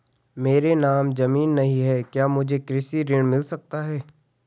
मेरे नाम ज़मीन नहीं है क्या मुझे कृषि ऋण मिल सकता है?